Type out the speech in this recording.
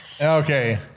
Okay